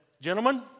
Gentlemen